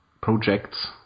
projects